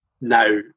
now